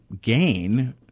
gain